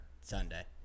Sunday